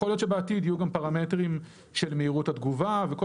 יכול להיות שבעתיד יהיו גם פרמטרים של מהירות התגובה וכל